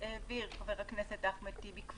שהעביר חבר הכסת אחמד טיבי,